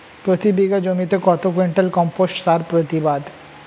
প্রতি বিঘা জমিতে কত কুইন্টাল কম্পোস্ট সার প্রতিবাদ?